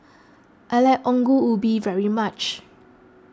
I like Ongol Ubi very much